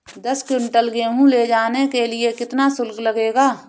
दस कुंटल गेहूँ ले जाने के लिए कितना शुल्क लगेगा?